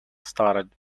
started